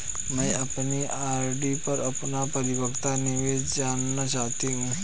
मैं अपनी आर.डी पर अपना परिपक्वता निर्देश जानना चाहती हूँ